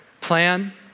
plan